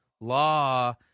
law